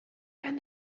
and